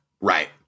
Right